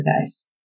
guys